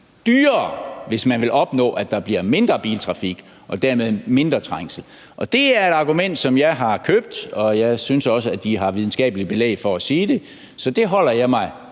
dyrere, hvis man vil opnå, at der bliver mindre biltrafik og dermed mindre trængsel, og det er et argument, som jeg har købt, og jeg synes også, at de har videnskabeligt belæg for at sige det. Så det holder jeg mig